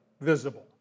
visible